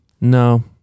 No